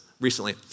recently